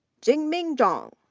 jinming zhang,